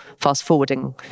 fast-forwarding